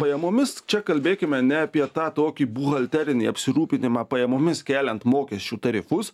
pajamomis čia kalbėkime ne apie tą tokį buhalterinį apsirūpinimą pajamomis keliant mokesčių tarifus